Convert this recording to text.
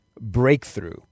Breakthrough